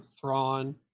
thrawn